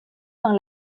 dans